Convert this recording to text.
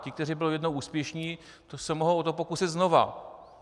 Ti, kteří byli jednou úspěšní, se o to mohou pokusit znova.